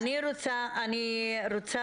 אני רוצה